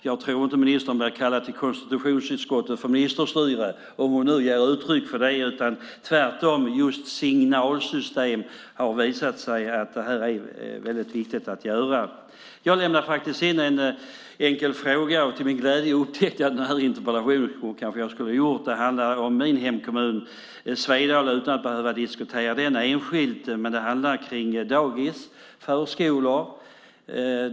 Jag tror inte att ministern blir kallad till konstitutionsutskottet för ministerstyre om hon nu ger uttryck för det. När det gäller just signalsystem har det visat sig att detta är väldigt viktigt att göra. Jag lämnade in en skriftlig fråga, och till min glädje upptäckte jag den här interpellationen. Det handlar om min hemkommun, Svedala, utan att vi behöver diskutera denna enskilt. Det gäller dagis, förskolor.